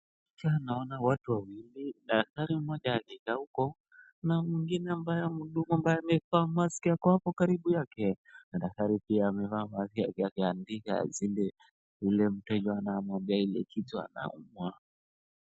Picha naona watu wawili, daktari mmoja akikaa huko na mwingine ambaye mhudumu ambaye amevaa maski ako hapo karibu yake na daktari pia amevaa maski akiandika zile mteja anamwambia ile kitu anaumwa.